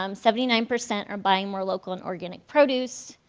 um seventy nine percent are buying more local and organic produce,